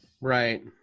Right